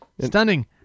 Stunning